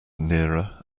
nearer